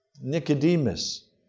Nicodemus